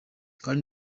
kandi